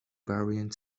variant